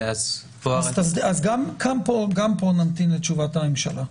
גם פה נמתין לתשובת הממשלה.